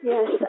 Yes